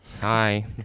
Hi